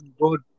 good